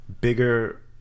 bigger